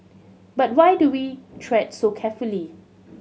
but why do we tread so carefully